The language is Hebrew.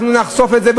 אנחנו נחשוף את זה,